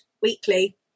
weekly